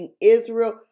Israel